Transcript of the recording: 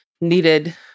needed